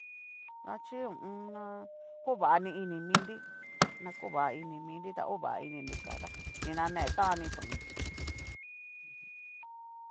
Da chí ho o on. na ko vani ini minri. na ko va iniminri ta ova ini ni ka tá ni na ne tán ni tonnri mm jum.